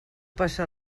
passa